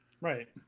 Right